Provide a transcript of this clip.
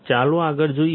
ચાલો આગળ જોઈએ